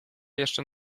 jeszcze